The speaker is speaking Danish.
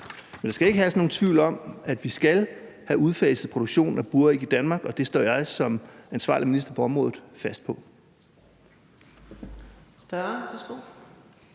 Men der skal ikke herske nogen tvivl om, at vi skal have udfaset produktionen af buræg i Danmark, og det står jeg som ansvarlig minister på området fast på.